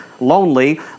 lonely